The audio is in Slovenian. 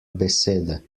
besede